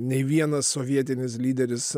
nei vienas sovietinis lyderis